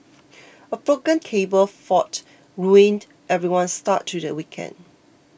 a broken cable fault ruined everyone's start to the weekend